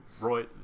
Roy